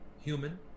human